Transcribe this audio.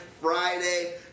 Friday